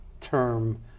term